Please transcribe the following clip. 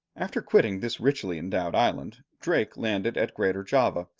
after quitting this richly endowed island, drake landed at greater java,